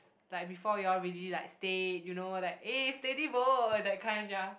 like before you all really like stay you know like eh steady bo that kind ya